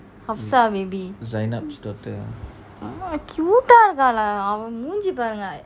maybe cute eh இருக்கான்ல அவன் மாஞ்சி பாருங்க:irukanla avan monji paarunga